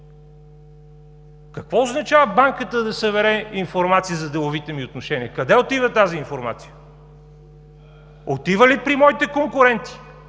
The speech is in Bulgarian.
Какво означава банката да събере информация за деловите ми отношения? Къде отива тази информация? Отива ли при моите конкуренти?